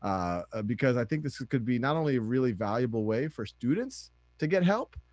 um ah because, i think this could be not only a really valuable way for students to get help,